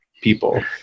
people